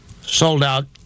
sold-out